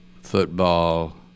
football